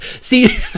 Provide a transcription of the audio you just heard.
see